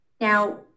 Now